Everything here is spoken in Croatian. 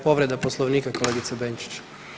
Povreda Poslovnika, kolegica Benčić.